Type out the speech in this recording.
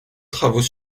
travaux